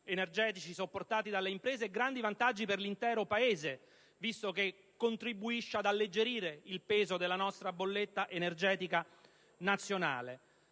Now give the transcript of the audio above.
energetici sopportati dalle imprese e grandi vantaggi per l'intero Paese, visto che contribuisce ad alleggerire il peso della nostra bolletta energetica nazionale.